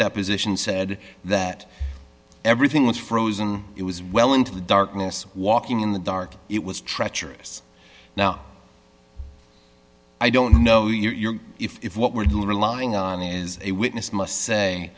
deposition said that everything was frozen it was well into the darkness walking in the dark it was treacherous now i don't know you are if what we're doing relying on is a witness must say